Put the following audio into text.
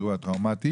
מאירוע טראומתי